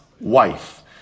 wife